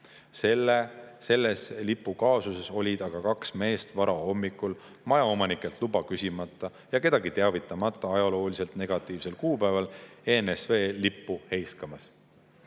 Selles lipu kaasuses olid aga kaks meest varahommikul majaomanikelt luba küsimata ja kedagi teavitamata ajalooliselt negatiivsel kuupäeval ENSV lippu heiskamas.